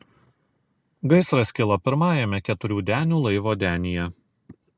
gaisras kilo pirmajame keturių denių laivo denyje